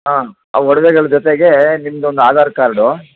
ಹಾಂ ಆ ಒಡವೆಗಳ ಜೊತೆಗೆ ನಿಮ್ದೊಂದು ಆಧಾರ್ ಕಾರ್ಡು